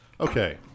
Okay